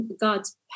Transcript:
God's